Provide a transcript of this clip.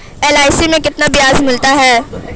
LIC में कितना ब्याज मिलता है?